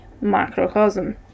macrocosm